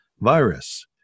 virus